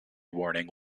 warning